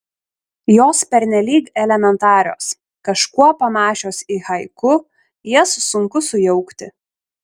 jos pernelyg elementarios kažkuo panašios į haiku jas sunku sujaukti